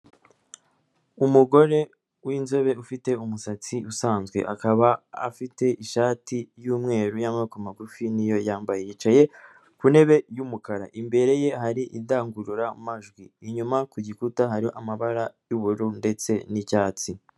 Umugore w'inzobe ufite umusatsi usanzwe, akaba afite ishati y'umweru y'amaboko magufi niyo yambaye, yicaye ku ntebe y'umukara, imbere ye hari indangururamajwi, inyuma ku gikuta hari amabara y'ubururu ndetse n'icyatsi.